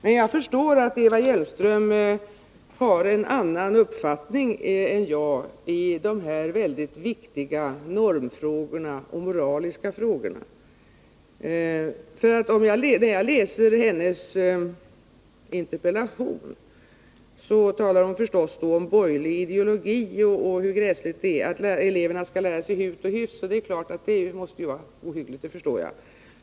Men jag förstår att Eva Hjelmström har en annan uppfattning än jag i dessa viktiga normfrågor och moraliska frågor, ty när jag läser hennes interpellation finner jagatt hon förstås talar om ”borgerlig ideologi” och om hur gräsligt det är att eleverna skall lära sig hut och hyfs. Det är klart att det måste vara ohyggligt — det förstår jag.